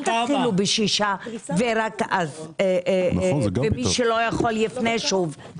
אל תתחילו בשישה ורק אז למי שלא יכול שיפנה שוב.